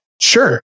Sure